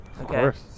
Okay